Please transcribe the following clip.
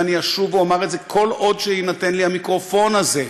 ואני אשוב ואומר את זה כל עוד יינתן לי המיקרופון הזה: